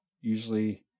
usually